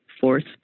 fourth